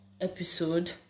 episode